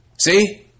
See